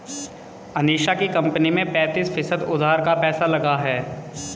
अनीशा की कंपनी में पैंतीस फीसद उधार का पैसा लगा है